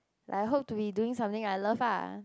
I hope to be doing something I love ah